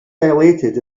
dilated